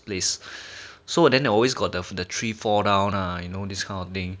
place so then always got for the tree fall down uh you know this kind of thing